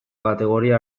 kategoria